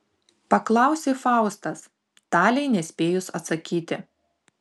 paklausė faustas talei nespėjus atsakyti